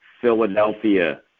Philadelphia